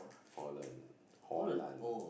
Holland Holland